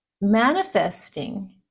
manifesting